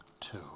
two